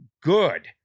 good